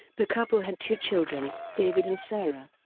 the couple had two children david and sarah.